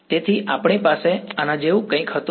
તેથી આપણી પાસે આના જેવું કંઈક હતું